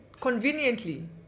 conveniently